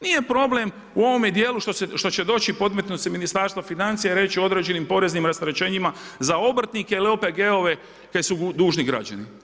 Nije problem u ovome dijelu što će doći i podmetnuti se Ministarstvo financija i reći u određenim poreznim rasterećenjima za obrtnike ili OPG-ove koji su dužni građani.